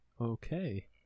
Okay